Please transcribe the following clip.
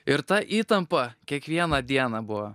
ir ta įtampa kiekvieną dieną buvo